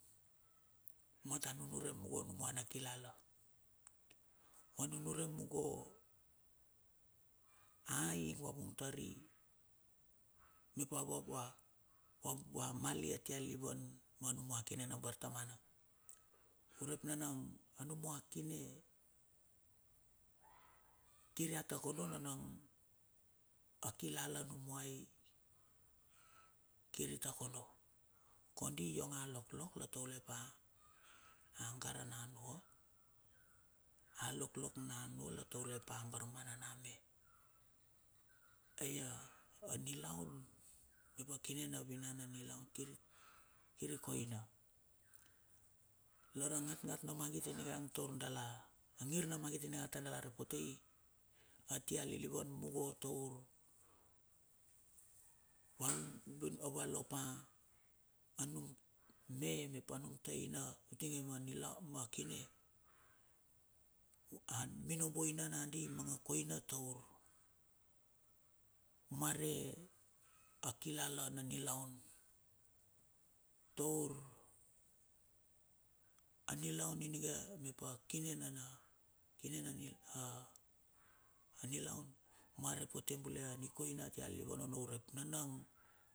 Mata nunure mungo numa na kilala. Ma nunure mungo a ing va vung tari mep vava va, va va mal i atia lilivan ma numa kine na bartamana. Urep nana a nu mua kine, kir ia tako do nanang a kilala anumai kir i takodo. Kondi ionga loklok la taule pa a gara na nuo, a loklok na nuo la taule pa barmana na me. Ai a nilaun i vakine na vinan na nilaun kir i, kir i koina. Lar a ngat ngat na magit inigang tor dala, a gnir na mangit ininga ta dala repotei, a tia lilivan mungo taur van a valopa anun me mep anumta aina a tinge ma niloun ma kine. A minoboi na nagadi mama koina taur, mare a kilala na nilaun tour, a nilaun ininge mep a akine ne na, kine n na, a anilaun, ma repote bule a nikoina tia lilivan onno urep nanang.